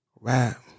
Rap